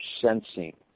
sensing